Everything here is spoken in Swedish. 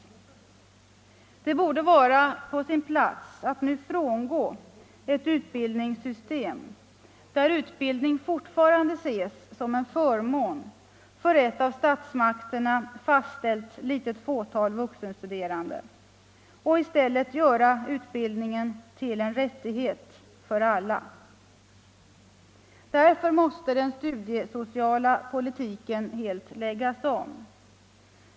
Tiden borde vara inne att nu frångå ett utbildningssystem, där utbildning fortfarande ses som en förmån för ett av statsmakterna fastställt litet fåtal vuxenstuderande, och i stället göra utbildningen till en rättighet för alla. Därför måste den studiesociala politiken helt läggas om.